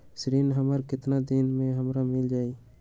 ऋण हमर केतना दिन मे हमरा मील जाई?